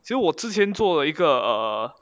其实我之前做了一个 err